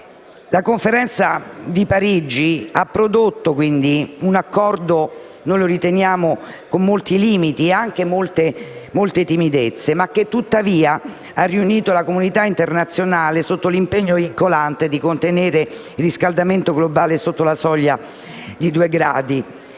la Conferenza di Parigi ha prodotto un Accordo che riteniamo caratterizzato da molti limiti e anche molte timidezze, ma che, tuttavia, ha riunito la comunità internazionale sotto l'impegno vincolante di contenere il riscaldamento globale sotto la soglia dei 2 gradi